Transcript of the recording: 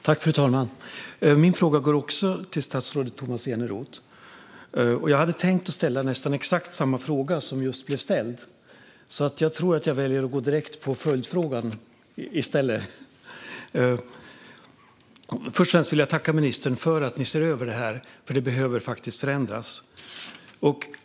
Fru talman! Även min fråga går till statsrådet Tomas Eneroth. Jag hade tänkt ställa nästan exakt samma fråga som just ställdes. Jag väljer därför att gå direkt på följdfrågan. Först och främst vill jag tacka statsrådet för att ni ser över det här. Det behöver förändras.